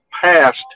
passed